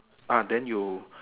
uh then you